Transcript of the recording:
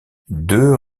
deux